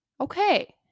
okay